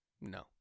No